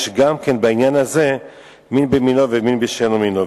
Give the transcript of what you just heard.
יש גם בעניין הזה מין במינו ומין בשאינו מינו,